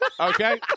Okay